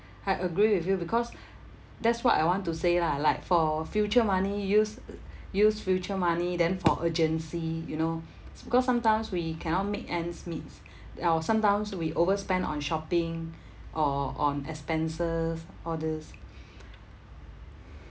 I agree with you because that's what I want to say lah like for future money use use future money then for urgency you know because sometimes we cannot make ends meets or sometimes we over spend on shopping or on expenses all these